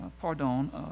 pardon